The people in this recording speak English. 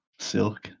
Silk